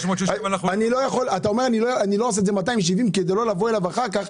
אתה אומר שאתה לא עושה את זה 270 אחוזים כדי לא לבוא אליו אחר כך,